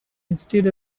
instead